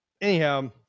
anyhow